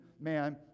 man